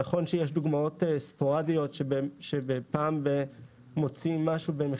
נכון שיש דוגמאות ספורדיות שפעם ב מוצאים משהו מאוד,